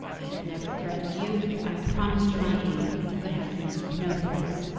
i have never threatened you. i have promised you my aid, but have used no threats.